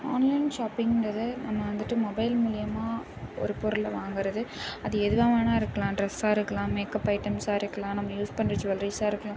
online ஷாப்பிங்க்ன்றது நம்ம வந்துட்டு மொபைல் மூலிமா ஒரு பொருளை வாங்குகிறது அது எதுவாக வேணுணா இருக்கலாம் ட்ரெஸ்ஸாக இருக்கலாம் மேக்கப் ஐட்டம்ஸாக இருக்கலாம் நம்ம யூஸ் பண்ணுற ஜுவல்ரிஸாக இருக்கலாம்